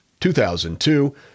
2002